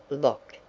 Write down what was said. locked!